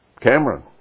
Cameron